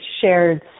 shared